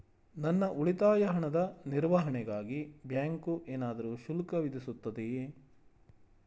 ನನ್ನ ಉಳಿತಾಯ ಹಣದ ನಿರ್ವಹಣೆಗಾಗಿ ಬ್ಯಾಂಕು ಏನಾದರೂ ಶುಲ್ಕ ವಿಧಿಸುತ್ತದೆಯೇ?